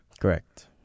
Correct